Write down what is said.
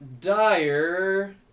dire